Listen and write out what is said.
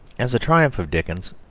as a triumph of dickens,